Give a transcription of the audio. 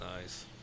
nice